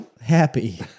happy